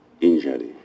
injury